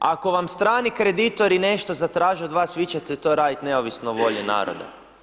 Ako vam strani kreditori nešto zatraže od vas, vi ćete to raditi neovisno o volji naroda.